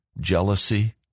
jealousy